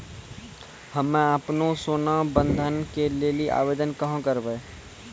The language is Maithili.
हम्मे आपनौ सोना बंधन के लेली आवेदन कहाँ करवै?